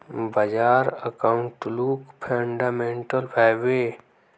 बाजार outlook fundamental हैवै?